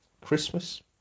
Christmas